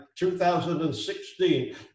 2016